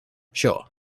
sure